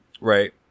Right